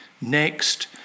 next